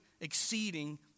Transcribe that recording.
exceeding